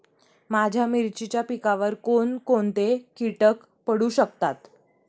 माझ्या मिरचीच्या पिकावर कोण कोणते कीटक पडू शकतात?